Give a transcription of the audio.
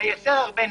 מייצר הרבה נזק.